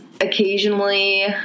occasionally